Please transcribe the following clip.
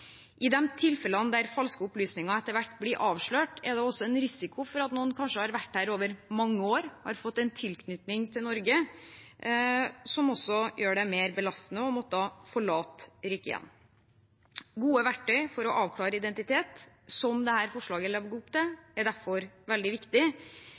I de tilfellene der falske opplysninger etter hvert blir avslørt, er det også en risiko for at noen kanskje har vært her over mange år og har fått en tilknytning til Norge, noe som gjør det mer belastende å måtte forlate riket igjen. Gode verktøy for å avklare identitet, som dette forslaget legger opp